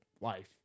life